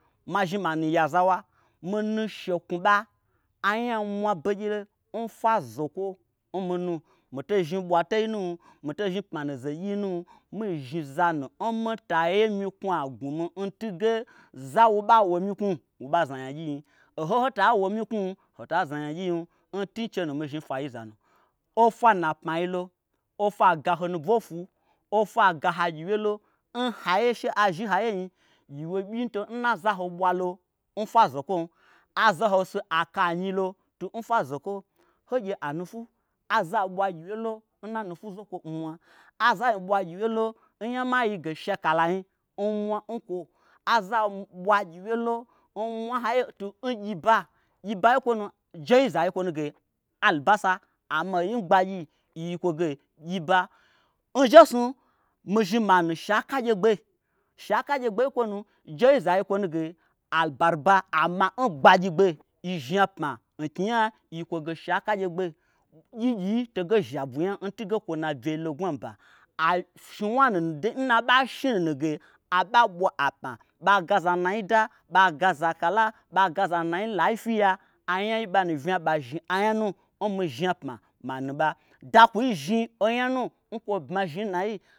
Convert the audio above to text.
Ma zhni ma nu yazawa minu sheknwuɓa anya mwa begye lo n mi nu mitei zhni ɓwatei nu mitei zhni pmanu zegyii nu mii zhni zanu n mita ye myiknwu'agnwumin ntun ge zawo ɓa wo myiknwu woɓa zna nyagyi nyi. O ho nhota wo myiknwum hota zna nyagyi nyim n tun chenu mizhni fwayiza nu ofwa n na pmailo ofwa gaho nu bofwu ofwa gaho'agyiwye lo n haiye she'azhi n haiyenyi gyiwye byii nuto n na zaho ɓwalo n fwa zokwom azaho si aka anyi lo tu n fwa zokwo ho gye a nufwu aza ɓwa gyiwyelo n na nufwu zokwo n mwa azanyi ɓwa gyiwyelo n nyamayi ge shekalanyi n mwa nkwo azanyi ɓwa gyiwyelo n mwa tu n nyipa gyiba yi n kwonu jeiza yi kwonu ge albasa; amma oyi n gbagyi yi'yikwoge gyiba. N jesnu mi zhni ma nu shakagyegbe. shakagyegbe yi nkwo nu jeiza yikwo nu ge abarba amma n gbagyi gbe yi zhni apma n knyi'a yi'yi kwo ge shakagyegbe gyi gyii toge zha ɓwu nyam ntunge kwo nabyii lo n gnwu'aɓa ashnwua nunu dei n naɓa shni nunu ge aɓa ɓwa apma ɓa gaza naida. ba gaza kala, ɓa gaza nai laifyiya anyai nɓanu vnya ɓazhni anya nu n mii zhni'apma ma nu ɓa dakwui zhni onya nu n kwo bmazhni n nanyi